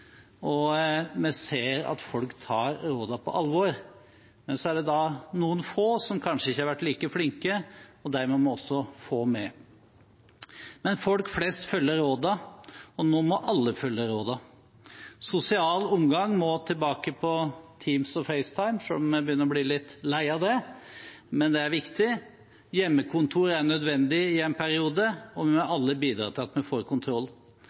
og vi ser at folk tar rådene på alvor. Så er det noen få som kanskje ikke har vært like flinke, og dem må vi også få med. Men folk flest følger rådene, og nå må alle følge rådene. Sosial omgang må tilbake på Teams og FaceTime, selv om vi begynner å bli litt leie av det – men det er viktig. Hjemmekontor er nødvendig i en periode, og vi må alle bidra til at vi får kontroll.